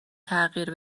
تغییر